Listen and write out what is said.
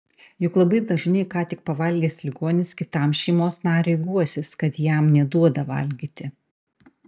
juk labai dažnai ką tik pavalgęs ligonis kitam šeimos nariui guosis kad jam neduoda valgyti